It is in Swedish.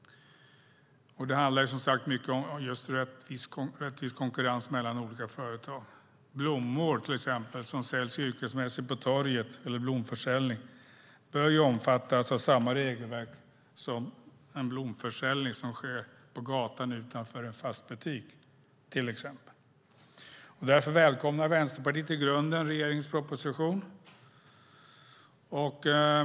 Det handlar som sagt mycket om rättvis konkurrens mellan olika företag. Blomförsäljning som sker yrkesmässigt på torget bör till exempel omfattas av samma regelverk som den blomförsäljning som sker på gatan utanför en fast butik. Därför välkomnar Vänsterpartiet i grunden regeringens proposition.